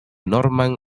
norman